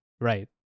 Right